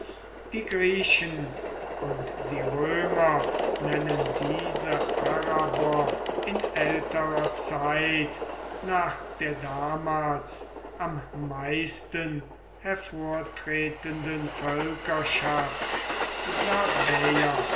die griechen und die römer nennen diese araber in älterer zeit nach der damals am meisten hervortretenden völkerschaft